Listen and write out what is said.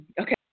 Okay